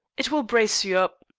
it will brace you up.